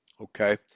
okay